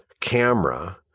camera